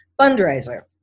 fundraiser